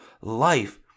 life